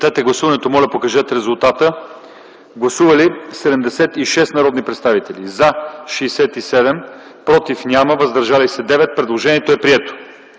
Гласували 73 народни представители: за 64, против 4, въздържали се 5. Предложението е прието.